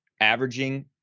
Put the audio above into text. averaging